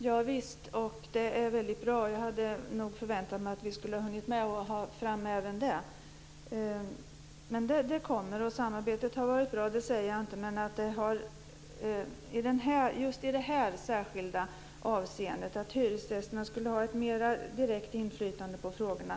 Fru talman! Javisst, det är väldigt bra. Men jag hade nog förväntat mig att vi skulle ha hunnit få fram även den frågan. Men den kommer. Att samarbetet inte har varit bra säger jag inte, men i just det här särskilda avseendet skulle hyresgästerna ha ett mer direkt inflytande på frågorna.